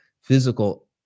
physical